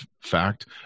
fact